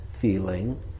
feeling